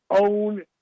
own